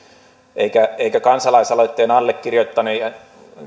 eikä kansalaisaloitteen allekirjoittaneiden